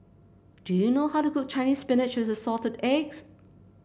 do you know how to cook Chinese Spinach with Assorted Eggs